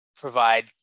provide